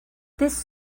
this